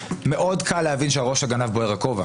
מאוד קל להבין שעל ראש הגנב בוער הכובע.